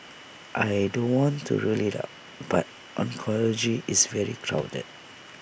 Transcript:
I don't want to rule IT out but oncology is very crowded